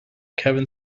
kevin